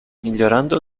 migliorando